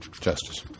Justice